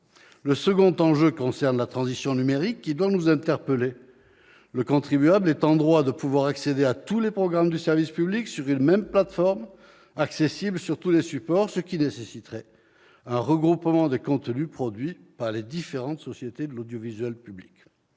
Le second enjeu concerne la transition numérique, qui doit nous conduire à nous interroger. Le contribuable est en droit d'accéder à tous les programmes du service public sur une même plateforme accessible sur tous les supports, ce qui nécessiterait un regroupement des contenus produits par les différentes sociétés de l'audiovisuel public.